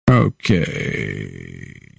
Okay